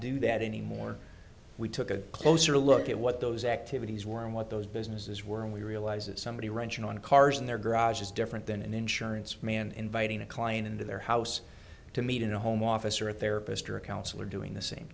do that anymore we took a closer look at what those activities were and what those businesses were and we realize that somebody wrenching on cars in their garage is different than an insurance man inviting a client into their house to meet in a home office or a therapist or counselor doing the same